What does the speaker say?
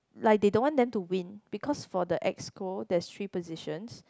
like they don't want them to win because for the Exco there's three positions